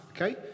okay